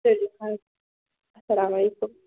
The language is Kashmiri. تُلِو حظ اَسلامُ علیکُم